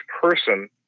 person